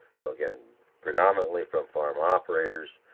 so again predominantly from farm operators,